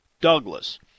Douglas